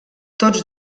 tots